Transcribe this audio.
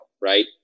right